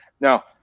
Now